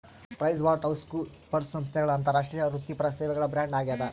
PricewaterhouseCoopers ಸಂಸ್ಥೆಗಳ ಅಂತಾರಾಷ್ಟ್ರೀಯ ವೃತ್ತಿಪರ ಸೇವೆಗಳ ಬ್ರ್ಯಾಂಡ್ ಆಗ್ಯಾದ